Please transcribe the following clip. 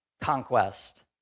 conquest